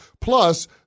Plus